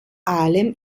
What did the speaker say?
allem